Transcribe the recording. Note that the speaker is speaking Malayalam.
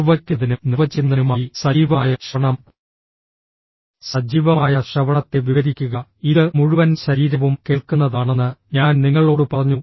നിർവചിക്കുന്നതിനും നിർവചിക്കുന്നതിനുമായി സജീവമായ ശ്രവണം സജീവമായ ശ്രവണത്തെ വിവരിക്കുക ഇത് മുഴുവൻ ശരീരവും കേൾക്കുന്നതാണെന്ന് ഞാൻ നിങ്ങളോട് പറഞ്ഞു